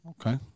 okay